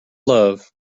love